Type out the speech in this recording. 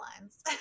lines